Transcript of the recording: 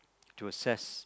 to assess